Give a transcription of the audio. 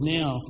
now